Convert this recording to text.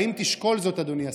האם תשקול זאת, אדוני השר?